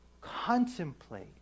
contemplate